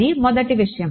అది మొదటి విషయం